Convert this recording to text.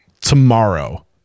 tomorrow